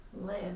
live